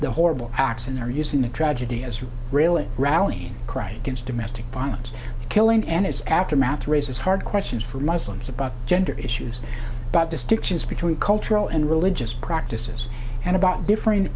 the horrible acts and they're using the tragedy as a really rallying cry against domestic violence killing and its aftermath raises hard questions for muslims about gender issues about distinctions between cultural and religious practices and about different